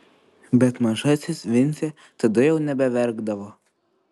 bet mažasis vincė tada jau nebeverkdavo